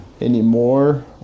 anymore